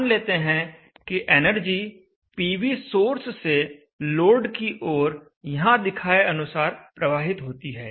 मान लेते हैं कि एनर्जी पीवी सोर्स से लोड की ओर यहां दिखाए अनुसार प्रवाहित होती है